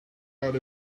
out